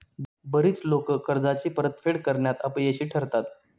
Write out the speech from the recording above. बरीच लोकं कर्जाची परतफेड करण्यात अपयशी ठरतात